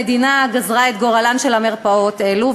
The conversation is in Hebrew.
המדינה גזרה את גורלן של מרפאות אלו,